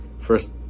first